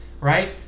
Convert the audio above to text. right